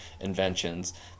inventions